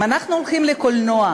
אם אנחנו הולכים לקולנוע,